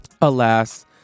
alas